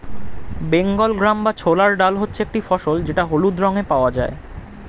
Bengal gram বা ছোলার ডাল হচ্ছে একটি ফসল যেটা হলুদ রঙে পাওয়া যায়